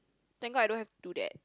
thank god I don't have to do that